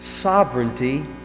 sovereignty